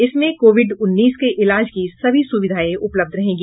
इसमें कोविड उन्नीस के इलाज की सभी सुविधाएं उपलब्ध रहेंगी